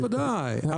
ודאי,